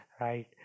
right